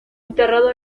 enterrado